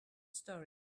story